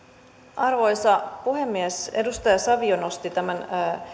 arvoisa puhemies edustaja savio nosti tämän